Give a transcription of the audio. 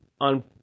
on